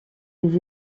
des